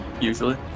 usually